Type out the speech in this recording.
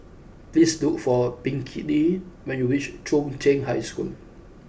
please look for Pinkney when you reach Chung Cheng High School